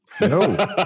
No